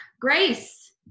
Grace